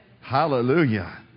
Hallelujah